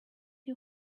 you